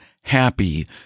happy